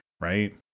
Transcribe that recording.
Right